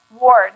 ward